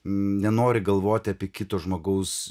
nenori galvoti apie kitus žmogaus